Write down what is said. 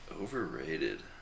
Overrated